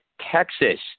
Texas